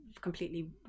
completely